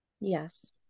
Yes